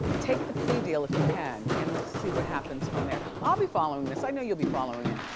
take the plea deal if you can and let's see what happens from there. i'll be following this, i know you'll be following it.